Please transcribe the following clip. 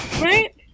Right